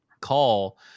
call –